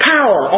Power